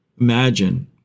imagine